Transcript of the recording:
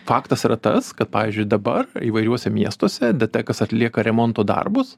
faktas yra tas kad pavyzdžiui dabar įvairiuose miestuose detekas atlieka remonto darbus